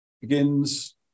Begins